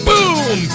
Boom